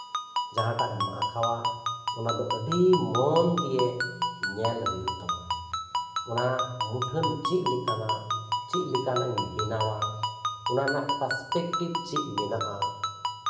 ᱡᱟᱦᱟᱸᱴᱟᱜ ᱮᱢ ᱟᱸᱠᱟᱣᱟ ᱚᱱᱟ ᱫᱚ ᱟᱹᱰᱤ ᱢᱚᱱ ᱫᱤᱭᱮ ᱧᱮᱞ ᱦᱩᱭᱩᱜ ᱛᱟᱢᱟ ᱚᱱᱟ ᱢᱩᱴᱷᱟᱹᱱ ᱪᱮᱫ ᱞᱮᱠᱟᱱᱟ ᱪᱮᱫᱞᱮᱠᱟᱱᱟᱜ ᱤᱧ ᱵᱮᱱᱟᱣᱟ ᱚᱱᱟ ᱨᱮᱱᱟᱜ ᱯᱟᱥᱯᱮᱠᱴᱤᱵ ᱪᱮᱫ ᱢᱮᱱᱟᱜᱼᱟ